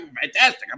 fantastic